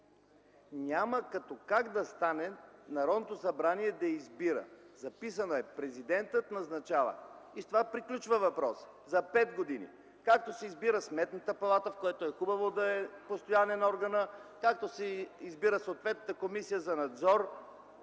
Няма като как да стане Народното събрание да избира. Записано е: президентът назначава. И с това приключва въпросът – за пет години, както се избира Сметната палата, в което е хубаво да е постоянен органът, както се избира съответната Комисия за надзор